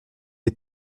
est